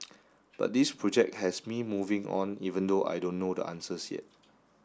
but this project has me moving on even though I don't know the answers yet